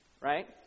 right